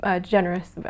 generous